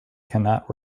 cannot